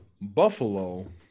Buffalo